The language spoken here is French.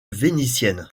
vénitienne